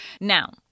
Now